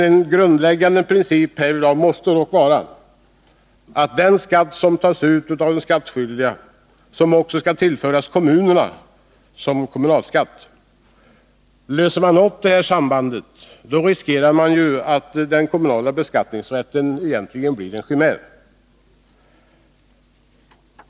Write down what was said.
En grundläggande princip härvidlag måste dock vara att det är den skatt som tas ut av skattskyldiga som också skall tillföras kommunerna som kommunalskatt. Löser man upp detta samband, riskerar man att den kommunala beskattningsrätten egentligen blir en chimär.